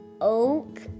Oak